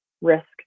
risk